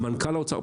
מנכ"ל האוצר.